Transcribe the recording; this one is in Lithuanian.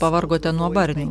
pavargote nuo barnių